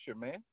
man